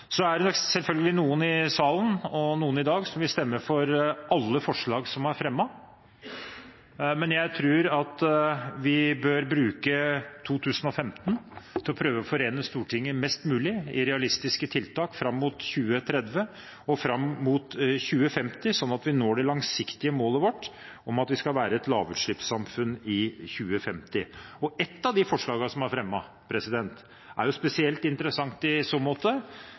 Så er det selvfølgelig noen i salen i dag som vil stemme for alle forslag som er fremmet. Men jeg tror at vi bør bruke 2015 til å prøve å forene Stortinget mest mulig i realistiske tiltak fram mot 2030 og fram mot 2050, sånn at vi når det langsiktige målet vårt om at vi skal være et lavutslippssamfunn i 2050. Og ett av de forslagene til vedtak som er fremmet, er jo spesielt interessant i så måte,